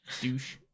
douche